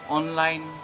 online